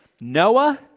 Noah